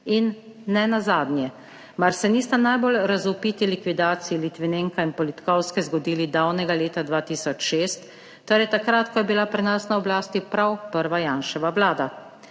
In nenazadnje, mar se nista najbolj razvpiti likvidaciji Litvinenka in Politkovske zgodili davnega leta 2006, torej takrat, ko je bila pri nas na oblasti prav prva Janševa vlada.